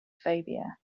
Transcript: phobia